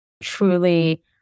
truly